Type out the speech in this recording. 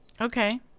Okay